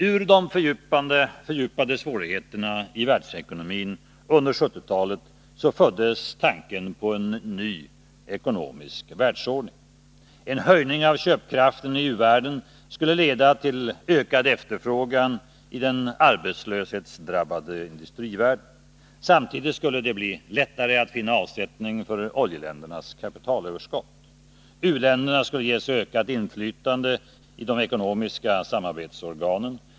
Ur de fördjupade svårigheterna i världsekonomin under 1970-talet föddes tanken på en ny ekonomisk världsordning. En höjning av köpkraften i u-världen skulle leda till ökad efterfrågan i den arbetslöshetsdrabbade industrivärlden. Samtidigt skulle det bli lättare att finna avsättning för oljeländernas kapitalöverskott. U-länderna skulle ges ökat inflytande i de ekonomiska samarbetsorganen.